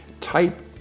Type